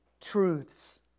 truths